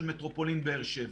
במטרופולין באר שבע.